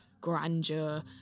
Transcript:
grandeur